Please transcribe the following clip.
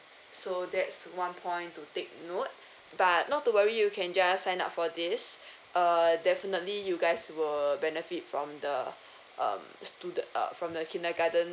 so that's one point to take note but not to worry you can just sign up for these err definitely you guys will benefit from the um student uh from the kindergarten